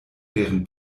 deren